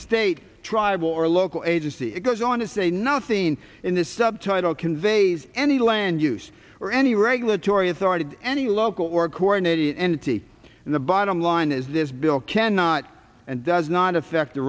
state tribal or local agency it goes on to say nothing in the subtitle conveys any land use or any regulatory authority any local or coronated entity in the bottom line is this bill cannot and does not affect the